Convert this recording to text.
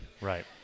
Right